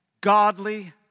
godly